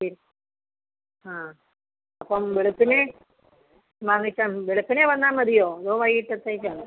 വരും ആ അപ്പം വെളുപ്പിനേ വാങ്ങിക്കാം വെളുപ്പിനേ വന്നാൽ മതിയോ അതോ വൈകീട്ടത്തേക്കാണോ